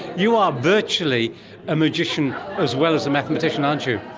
you are virtually a magician as well as a mathematician, aren't you?